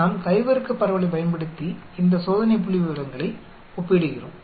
நாம் கை வர்க்கப் பரவலைப் பயன்படுத்தி இந்த சோதனை புள்ளிவிவரங்களை ஒப்பிடுகிறோம்